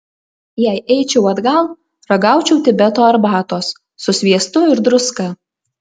jei eičiau atgal ragaučiau tibeto arbatos su sviestu ir druska